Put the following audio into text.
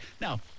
now